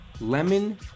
lemon